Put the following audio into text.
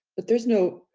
but there's no,